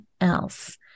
else